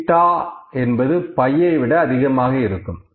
θ என்பது φ விட அதிகமாக இருக்கும்